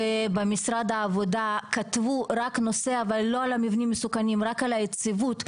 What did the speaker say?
ובמשרד העבודה כתבו לא על המבנים המסוכנים אלא רק על היציבות,